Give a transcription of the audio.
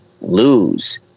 lose